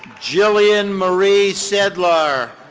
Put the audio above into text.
jillian marie sidler.